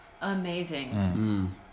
amazing